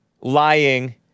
lying